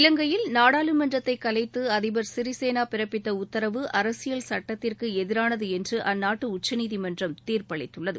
இலங்கையில் நாடாளுமன்றத்தை கலைத்து அதிபர் சிறிசேனா பிறப்பித்த உத்தரவு அரசியல் சட்டத்திற்கு எதிரானது என்று அந்நாட்டு உச்சநீதிமன்றம் தீர்ப்பளித்துள்ளது